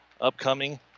Upcoming